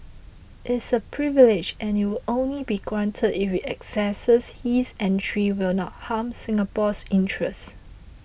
it's a privilege and it will only be granted if we assess his entry will not harm Singapore's interest